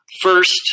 first